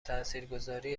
تاثیرگذاری